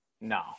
No